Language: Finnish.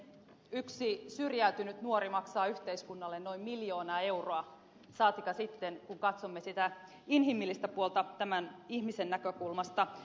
yksi syrjäytynyt nuori maksaa yhteiskunnalle noin miljoona euroa saatikka sitten kun katsomme sitä inhimillistä puolta tämän ihmisen näkökulmasta